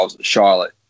Charlotte